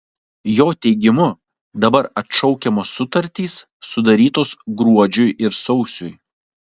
jo teigimu dabar atšaukiamos sutartys sudarytos gruodžiui ir sausiui